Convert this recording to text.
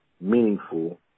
meaningful